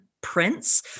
prince